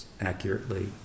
accurately